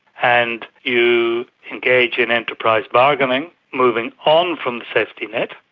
and you engage in enterprise bargaining, moving on from the safety net,